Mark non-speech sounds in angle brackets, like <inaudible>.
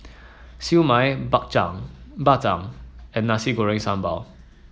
Siew Mai bak <unintelligible> Bak Chang and Nasi Goreng Sambal